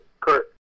Kurt